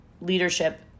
leadership